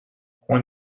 when